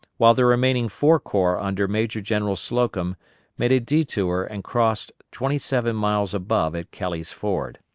while the remaining four corps under major-general slocum made a detour and crossed twenty-seven miles above at kelly's ford.